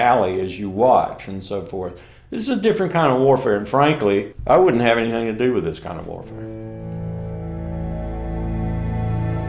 alley as you watch and so forth is a different kind of warfare and frankly i wouldn't have anything to do with this kind of war